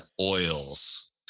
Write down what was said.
oils